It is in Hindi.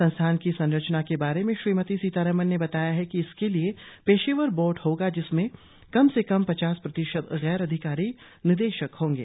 संस्थान की संरचना के बारे में श्रीमती सीतारामन ने बताया कि इसके लिए एक पेशेवर बोर्ड होगा जिसमें कम से कम पचास प्रतिशत गैर अधिकारी निदेशक होंगे